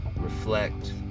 Reflect